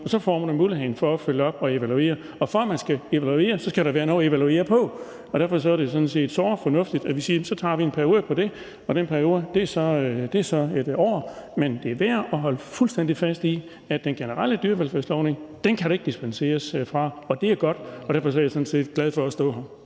og så får man muligheden for at følge op på det og evaluere. Og for at man kan evaluere, skal der være noget at evaluere på, og derfor er det sådan set såre fornuftigt, at vi siger, at så tager vi en periode efter det, og den periode er på 1 år. Men det er værd at holde fuldstændig fast i, at den generelle dyrevelfærdslovgivning kan der ikke dispenseres fra. Det er godt, og derfor er jeg sådan set glad for at stå her.